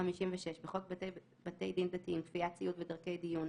תיקון חוק בתי דין דתיים (כפיית ציות ודרכי דיון)